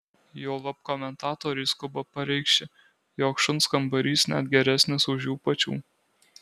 juolab komentatoriai skuba pareikši jog šuns kambarys net geresnis už jų pačių